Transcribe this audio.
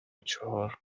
چهار